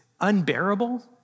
unbearable